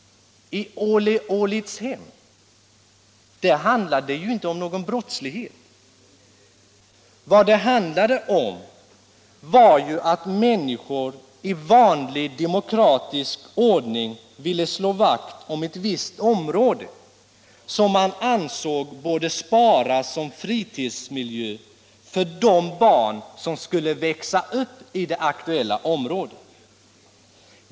I Ålidhem handlade det ju inte om någon brottslighet. Vad det rörde sig om var att människor i vanlig demokratisk ordning ville slå vakt om ett visst område, som de ansåg borde sparas som fritidsmiljö för de barn som skall växa upp i det aktuella området.